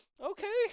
okay